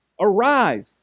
Arise